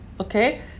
Okay